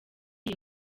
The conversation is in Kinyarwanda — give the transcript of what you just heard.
iyi